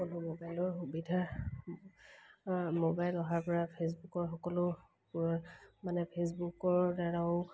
সকলো মোবাইলৰ সুবিধা মোবাইল অহাৰ পৰা ফেচবুকৰ সকলো মানে ফেচবুকৰ দ্বাৰাও